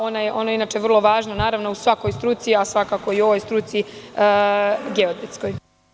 Ona je inače vrlo važna u svakoj struci, a svako i u ovoj struci, geodetskoj.